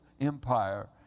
empire